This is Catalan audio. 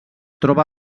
troba